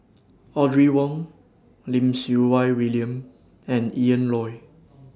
Audrey Wong Lim Siew Wai William and Ian Loy